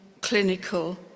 clinical